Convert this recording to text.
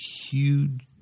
huge